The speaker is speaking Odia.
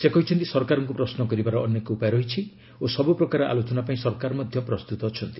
ସେ କହିଛନ୍ତି ସରକାରଙ୍କୁ ପ୍ରଶ୍ନ କରିବାର ଅନେକ ଉପାୟ ରହିଛି ଓ ସବୂପ୍ରକାର ଆଲୋଚନା ପାଇଁ ସରକାର ପ୍ରସ୍ତୁତ ଅଛନ୍ତି